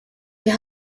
wir